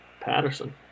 Patterson